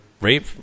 rape